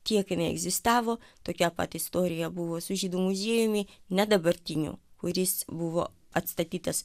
tiekjinai neegzistavo tokia pat istorija buvuo su žydų muziejumi ne dabartinių kuris buvo atstatytas